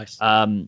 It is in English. Nice